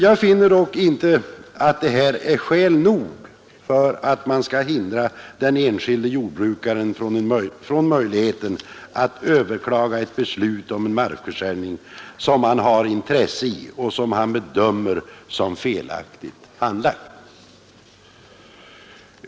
Jag finner dock inte detta vara skäl nog för att man skall hindra den enskilde jordbrukaren från att ha möjlighet att överklaga ett beslut om markförsäljning, som han har intresse i och som han bedömer som felaktigt handlagd.